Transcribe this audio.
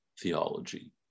theology